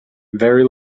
very